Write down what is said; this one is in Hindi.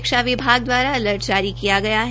शिक्षा विभाग द्वारा अलर्ट जारी किया गया है